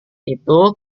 itu